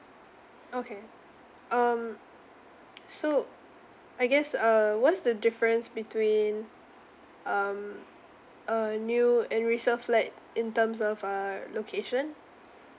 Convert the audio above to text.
okay um so I guess uh what's the difference between um a new and resale flat in terms of uh location